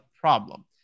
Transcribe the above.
problem